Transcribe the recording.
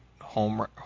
home